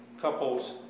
couples